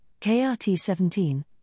KRT17